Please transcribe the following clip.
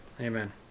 Amen